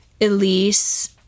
Elise